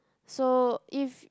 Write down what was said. so if